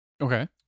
Okay